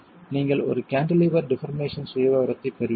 நீங்கள் ஒரு cantilever deformation சுயவிவரத்தைப் பெறுவீர்கள்